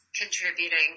contributing